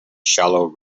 shallow